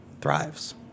thrives